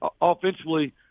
offensively